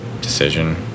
decision